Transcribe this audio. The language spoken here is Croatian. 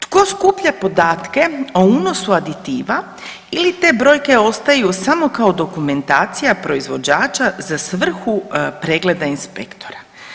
Tko skuplja podatke o unosu aditiva ili te brojke ostaju samo kao dokumentacija proizvođača za svrhu pregleda inspektora?